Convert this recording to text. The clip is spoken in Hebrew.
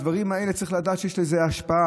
הדברים האלה, צריך לדעת שיש להם השפעה.